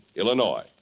Illinois